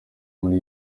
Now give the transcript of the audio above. muri